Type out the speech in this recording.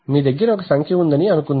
మీ దగ్గర ఒక సంఖ్య ఉందని అనుకుందాం